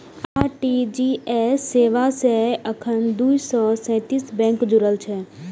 RTGS सेवा सं एखन दू सय सैंतीस बैंक जुड़ल छै